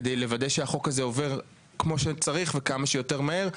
כדי לוודא שהחוק הזה עובר כמו שצריך וכמה שיותר מהר,